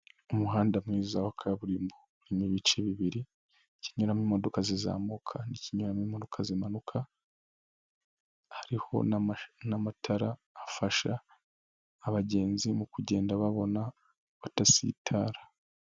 Umuhanda mwiza wa kaburimbo urimo ibice bibiri, ikinyuramo imodoka zizamuka n'ikinyuramo imodoka zimanuka, hariho n'amatara afasha abagenzi mu kugenda babona kudasitara.